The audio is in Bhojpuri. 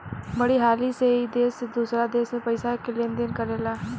बड़ी हाली से ई देश से दोसरा देश मे पइसा के लेन देन करेला